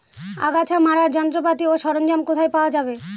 আগাছা মারার যন্ত্রপাতি ও সরঞ্জাম কোথায় পাওয়া যাবে?